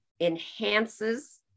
enhances